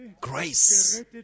Grace